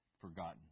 forgotten